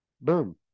Boom